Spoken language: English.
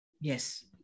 Yes